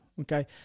Okay